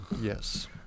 Yes